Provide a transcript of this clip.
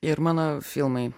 ir mano filmai